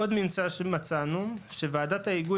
עוד ממצא שמצאנו הוא שוועדת ההיגוי